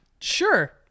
Sure